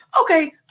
Okay